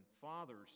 Fathers